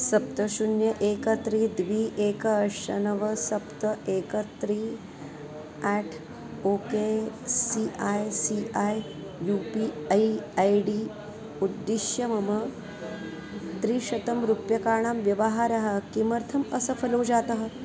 सप्त शून्यम् एकं त्रि द्वि एकम् अष्ट नव सप्त एकं त्रि at O K C I C I U P I I D उद्दिश्य मम त्रिशतं रूप्यकाणां व्यवहारः किमर्थम् असफलो जातः